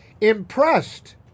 Impressed